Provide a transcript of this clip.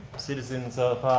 citizens of